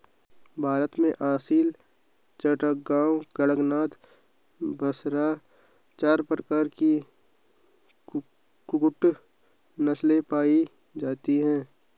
भारत में असील, चटगांव, कड़कनाथी, बसरा चार प्रकार की कुक्कुट नस्लें पाई जाती हैं